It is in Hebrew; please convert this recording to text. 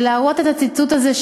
ולהראות את הציטוט הזה,